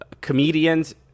comedians